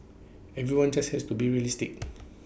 everyone just has to be realistic